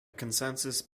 consensus